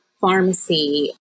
pharmacy